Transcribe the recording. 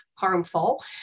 harmful